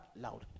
loud